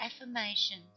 affirmations